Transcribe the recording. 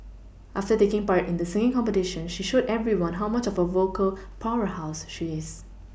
after taking part in the singing competition she showed everyone how much of a vocal powerhouse she is